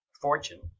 fortune